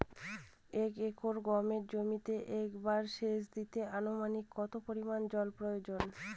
এক একর গমের জমিতে একবার শেচ দিতে অনুমানিক কত পরিমান জল প্রয়োজন?